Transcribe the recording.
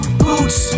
boots